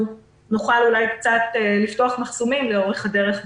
נוכל קצת לפתוח מחסומים לאורך הדרך,